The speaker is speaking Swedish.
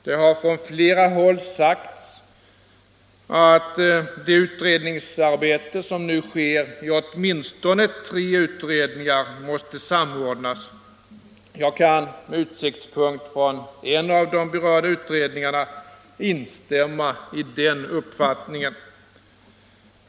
Man har från flera håll sagt att det utredningsarbete som nu sker i åtminstone tre utredningar måste samordnas. Jag kan med utsiktspunkt från en av de berörda utredningarna instämma i den uppfattningen.